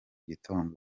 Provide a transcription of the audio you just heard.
gitondo